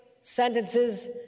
sentences